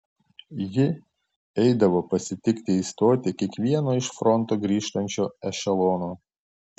ji eidavo pasitikti į stotį kiekvieno iš fronto grįžtančio ešelono